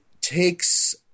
takes